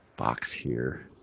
box here?